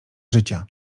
życia